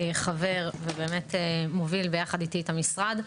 חבר ומוביל יחד איתי את המשרד.